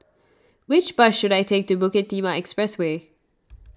which bus should I take to Bukit Timah Expressway